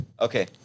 Okay